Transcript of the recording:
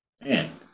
Man